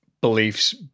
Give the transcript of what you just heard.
beliefs